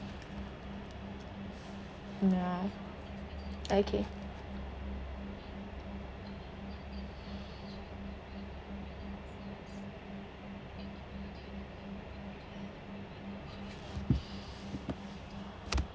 ya okay